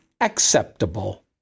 acceptable